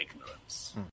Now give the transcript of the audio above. ignorance